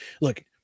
look